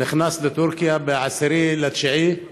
הוא נכנס לטורקיה ב-10 בספטמבר,